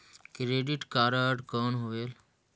Credit card कौन होएल?